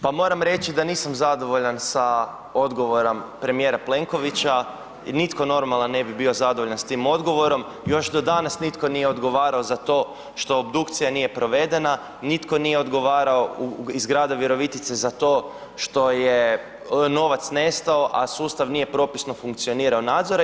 Pa moram reći da nisam zadovoljan sa odgovorom premijera Plenkovića, nitko normalan ne bi bio zadovoljan s tim odgovorom, još do danas nitko nije odgovarao za to što obdukcija nije provedena, nitko nije odgovarao iz grada Virovitice za to što je novac nestao, a sustav nije propisno funkcionirao nadzore.